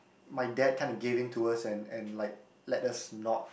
my dad kinda give in to us and and like let us not